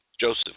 Joseph